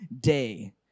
day